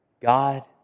God